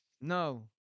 No